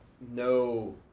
no